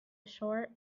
ashore